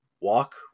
walk